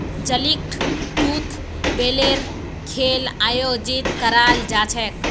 जलीकट्टूत बैलेर खेल आयोजित कराल जा छेक